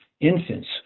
infants